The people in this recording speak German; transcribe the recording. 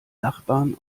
nachbarn